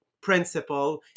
principle